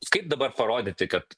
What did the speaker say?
kaip dabar parodyti kad